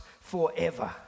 forever